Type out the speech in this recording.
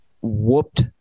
whooped